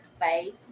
faith